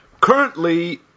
Currently